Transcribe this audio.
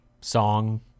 song